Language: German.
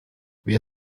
wer